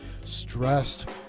stressed